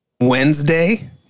Wednesday